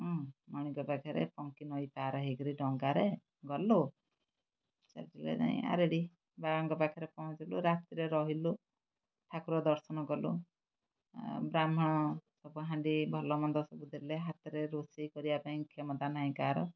ହୁଁ ମଣିଙ୍କ ପାଖରେ ପହଁଞ୍ଚି ନଈ ପାର୍ ହେଇକିରି ଡଙ୍ଗାରେ ଗଲୁ ଚାଲି ଯାଇକି ଆରେଡ଼ି ବାବାଙ୍କ ପାଖରେ ପହଞ୍ଚିଲୁ ରାତିରେ ରହିଲୁ ଠାକୁର ଦର୍ଶନ କଲୁ ବ୍ରାହ୍ମଣ ସବୁ ହାଣ୍ଡି ଭଲମନ୍ଦ ସବୁ ଦେଲେ ହାତରେ ରୋଷେଇ କରିବା ପାଇଁ କ୍ଷମତା ନାଇଁ କାହାର